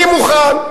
אני מוכן.